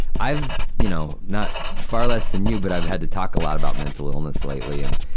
i've, you know, not, far less than you, but i've had to talk a lot about mental illness lately. and,